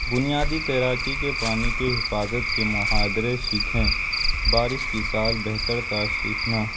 بنیادی تیراکی کے پانی کے حفاظت کے محاورے سیکھیں بارش کی سال بہتر سیکھنا